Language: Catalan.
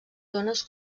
zones